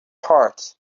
heart